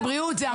זה משרד הבריאות.